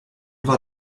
war